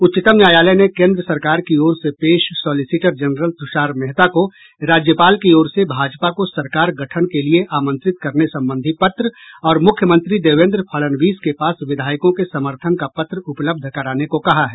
उच्चतम न्यायालय ने केन्द्र सरकार की ओर से पेश सॉलिसिटर जेनरल तुषार मेहता को राज्यपाल की ओर से भाजपा को सरकार गठन के लिए आमंत्रित करने संबंधी पत्र और मुख्यमंत्री देवेन्द्र फड़नवीस के पास विधायकों के समर्थन का पत्र उपलब्ध कराने को कहा है